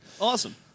Awesome